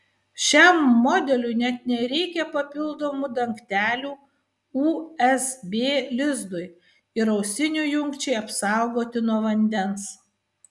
šiam modeliui net nereikia papildomų dangtelių usb lizdui ir ausinių jungčiai apsaugoti nuo vandens